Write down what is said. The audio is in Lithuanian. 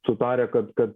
sutarę kad kad